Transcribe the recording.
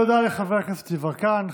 תודה לחבר הכנסת יברקן.